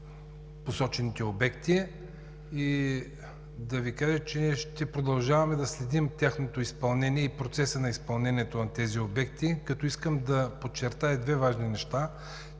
посочените обекти и да Ви кажа, че ще продължаваме да следим тяхното изпълнение и процеса на изпълнението на тези обекти. Искам да подчертая две важни неща: